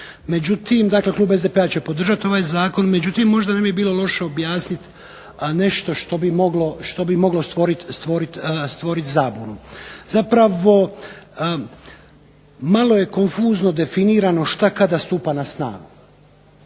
Međutim, dakle klub SDP-a će podržati ovaj Zakon. Međutim, možda ne bi bilo loše objasniti nešto što bi moglo stvoriti zabunu. Zapravo malo je konfuzno definirano šta kada stupa na snagu.